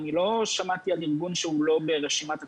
אני לא שמעתי על ארגון שהוא לא ברשימת התפוצה.